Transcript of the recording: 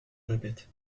répète